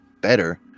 better